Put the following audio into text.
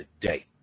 today